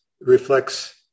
reflects